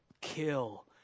kill